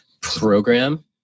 program